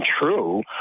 true